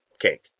cake